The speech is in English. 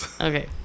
Okay